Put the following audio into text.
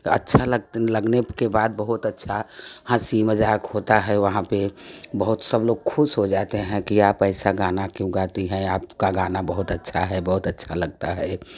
बहुत अच्छ अच्छा लगने के बाद हंसी मज़ाक होता है वहाँ पर बहुत सब लोग खुश हो जाते हैँ कि आप ऐसा गाना क्यों गाती हैँ आपका गाना बहुत अच्छा है बहुत अच्छा लगता है